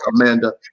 Amanda